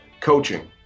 coaching